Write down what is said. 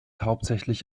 hauptsächlich